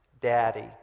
Daddy